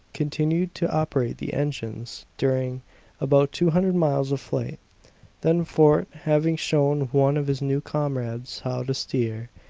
continued to operate the engines during about two hundred miles of flight then fort, having shown one of his new comrades how to steer,